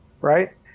right